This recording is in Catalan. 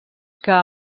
que